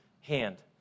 hand